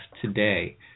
today